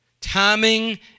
timing